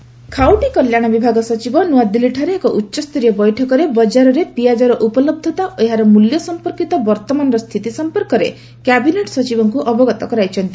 ଗମେଣ୍ଟ ଅନିଅନ୍ ଖାଉଟି କଲ୍ୟାଣ ବିଭାଗ ସଚିବ ନୂଆଦିଲ୍ଲୀଠାରେ ଏକ ଉଚ୍ଚସ୍ତରୀୟ ବୈଠକରେ ବଜାରରେ ପିଆଜର ଉପଲହ୍ଧତା ଓ ଏହାର ମୂଲ୍ୟ ସଂପର୍କିତ ବର୍ତ୍ତମାନର ସ୍ଥିତି ସଂପର୍କରେ କ୍ୟାବିନେଟ୍ ସଚିବଙ୍କୁ ଅବଗତ କରାଇଛନ୍ତି